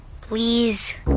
Please